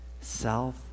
Self